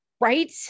Right